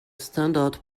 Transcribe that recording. standard